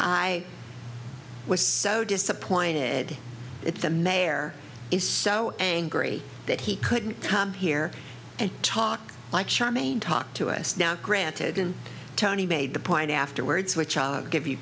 i was so disappointed if the mayor is so angry that he couldn't come here and talk like charmaine talk to us now granted and tony made the point afterwards which i give you